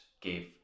give